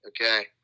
Okay